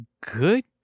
good